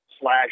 slash